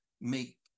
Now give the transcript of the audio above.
make